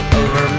over